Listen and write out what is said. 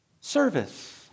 service